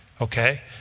okay